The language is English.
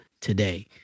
today